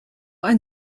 ein